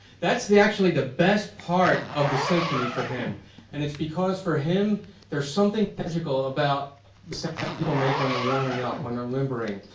that's actually the best part of the symphony for him. and it's because for him there's something magical about the sound people make when they're warming up. when they're limbering.